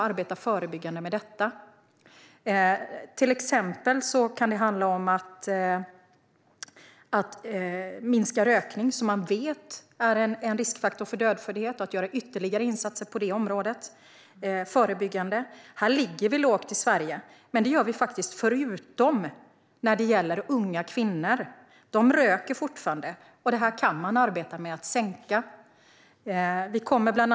Det kan till exempel handla om att minska rökningen, som man vet är en riskfaktor för dödföddhet, genom att göra ytterligare förebyggande insatser på det området. Det är låg omfattning på rökningen i Sverige - förutom för unga kvinnor. De röker fortfarande, och det går att arbeta med att sänka antalet.